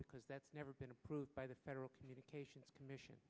because that's never been approved by the federal communications commission